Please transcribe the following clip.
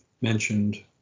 mentioned